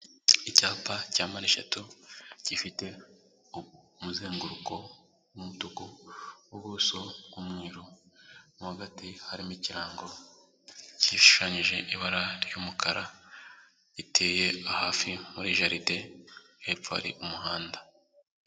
Icyapa cya mpande eshatu gifite umuzenguruko w'umutuku, ubuso bw'umweru, hagati harimo ikirango gishushanyije, mu ibara ry'umukara giteye hafi muri jaride, hepfo hari umuhanda.